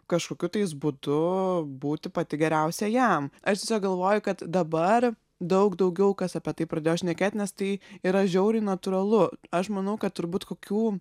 kažkokiu tais būdu būti pati geriausia jam aš galvoju kad dabar daug daugiau kas apie tai pradėjo šnekėt nes tai yra žiauriai natūralu aš manau kad turbūt kokių